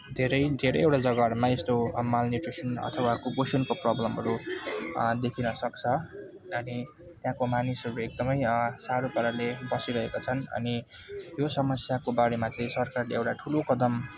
धेरै धेरै जग्गाहरूमा यस्तो मालन्युट्रिसन अथवा कुपोषणको प्रब्लमहरू देखिनसक्छ अनि त्यहाँको मानिसहरू एकदमै साह्रो पाराले बसिरेका छन् अनि त्यो समस्याको बारेमा चाहिँ सरकारले एउटा ठुलो कदम